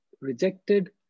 rejected